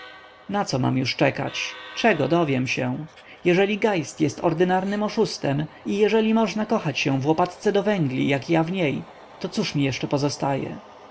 grobem naco mam już czekać czego dowiem się jeżeli geist jest ordynarnym oszustem i jeżeli można kochać się w łopatce do węgli jak ja w niej to cóż mi jeszcze pozostaje